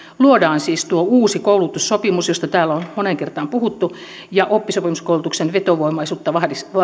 luodaan siis tuo uusi koulutussopimus josta täällä on moneen kertaan puhuttu ja oppisopimuskoulutuksen vetovoimaisuutta